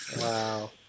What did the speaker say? Wow